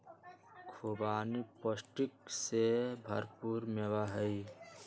खुबानी पौष्टिक से भरपूर मेवा हई